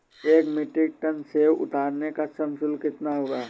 एक metric tonne सेव उतारने का श्रम शुल्क कितना होगा?